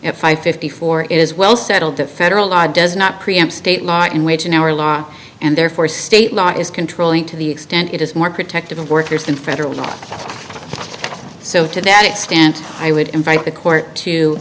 two five fifty four is well settled that federal law does not preempt state law in which in our law and therefore state law is controlling to the extent it is more protective of workers than federal law so to that extent i would invite the court to